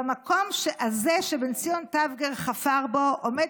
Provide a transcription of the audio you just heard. במקום הזה שבן ציון טבגר חפר בו עומד